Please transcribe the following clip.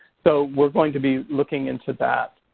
so we're going to be looking into that.